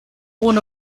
ohne